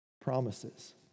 promises